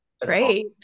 Great